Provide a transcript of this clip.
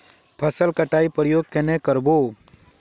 फसल कटाई प्रयोग कन्हे कर बो?